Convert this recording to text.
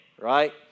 right